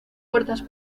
puertas